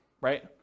right